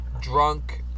drunk